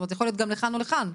זה יכול להיות לכאן או לכאן,